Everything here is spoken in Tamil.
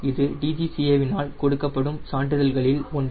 இது DGCA வினால் கொடுக்கப்படும் சான்றிதழ்களில் ஒன்று